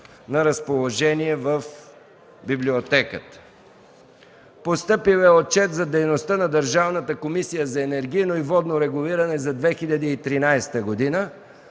на разположение в Библиотеката. Постъпил е Отчет за дейността на Държавната комисия за енергийно и водно регулирано за 2013 г.